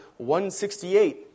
168